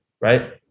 right